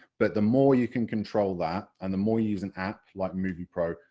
but the more you can control that, and the more you use an app like moviepro,